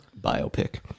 Biopic